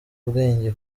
ubwenge